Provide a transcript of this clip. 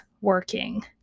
working